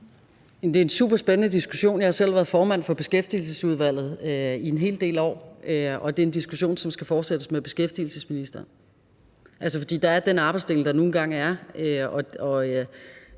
Det er en super spændende diskussion; jeg har selv været formand for Beskæftigelsesudvalget i en hel del år. Det er en diskussion, som skal fortsættes med beskæftigelsesministeren. Altså, for der er den arbejdsdeling, der nu engang er, og